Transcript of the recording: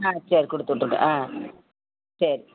ஆ சரி கொடுத்து விட்ருங்க ஆ சரி